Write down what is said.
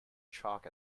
chalk